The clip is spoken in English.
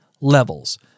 levels